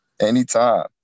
Anytime